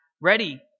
ready